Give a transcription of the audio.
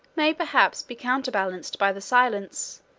may perhaps be counterbalanced by the silence,